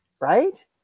Right